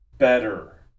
better